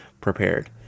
prepared